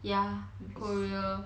ya korea